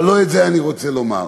אבל לא את זה אני רוצה לומר.